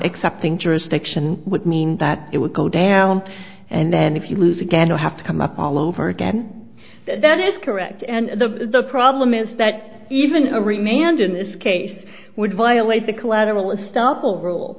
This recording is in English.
accepting jurisdiction would mean that it would go down and then if you lose again you'll have to come up all over again that is correct and the problem is that even a remand in this case would violate the collateral estoppel rule